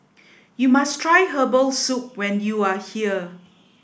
you must try Herbal Soup when you are here